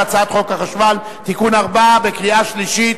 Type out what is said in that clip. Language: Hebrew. על הצעת חוק החשמל (תיקון מס' 4) בקריאה שלישית.